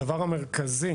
הדבר המרכזי